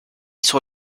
sur